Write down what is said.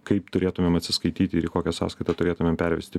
kaip turėtumėm atsiskaityti ir į kokią sąskaitą turėtumėm pervesti